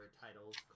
titles